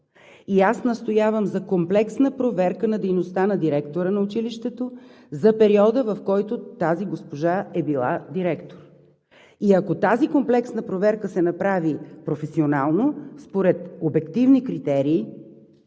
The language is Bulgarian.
Аз настоявам за комплексна проверка на дейността на директора на училището за периода, в който тази госпожа е била директор. И ако тази комплексна проверка се направи професионално, според обективни критерии,